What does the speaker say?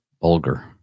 Bulger